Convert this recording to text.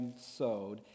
sowed